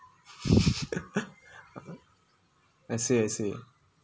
I see I see